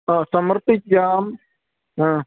ആ സമർപ്പിക്കാം ആ